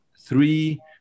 three